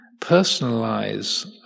personalize